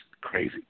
crazy